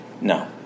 No